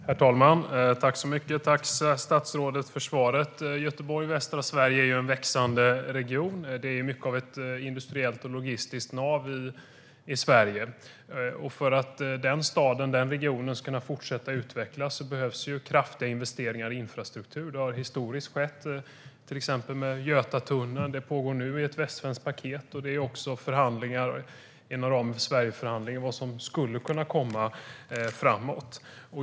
Herr talman! Jag tackar statsrådet för svaret. Göteborg och västra Sverige är en växande region. Den är mycket av ett industriellt och logistiskt nav i Sverige, och för att staden och regionen ska kunna fortsätta att utvecklas behövs kraftiga investeringar i infrastruktur. Det har historiskt skett med till exempel Götatunneln, och det pågår nu i ett västsvenskt paket. Det sker också förhandlingar inom ramen för Sverigeförhandlingen om vad som skulle kunna komma framåt.